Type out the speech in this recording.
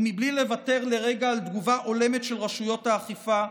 ובלי לוותר לרגע על תגובה הולמת של רשויות האכיפה,